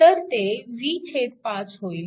तर ते v 5 होईल